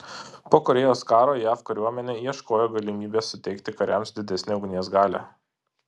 po korėjos karo jav kariuomenė ieškojo galimybės suteikti kariams didesnę ugnies galią